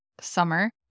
summer